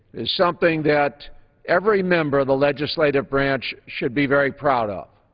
and something that every member of the legislative branch should be very proud of.